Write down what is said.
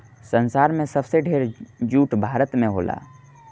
संसार में सबसे ढेर जूट भारत में होला